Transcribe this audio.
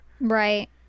right